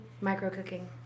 Micro-cooking